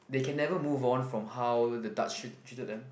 they can never move on from how the Dutch treated them